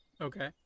Okay